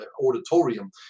auditorium